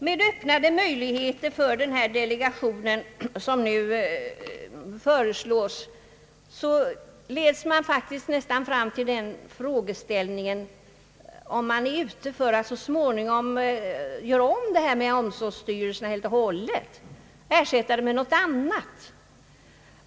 De ökade möjligheter för denna delegation som nu föreslås leder nästan fram till frågan om man är ute för att så småningom helt och hållet göra om omsorgsstyrelsen, att ersätta den mednågonting annat.